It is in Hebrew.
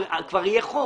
כבר יהיה חוק.